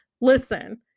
listen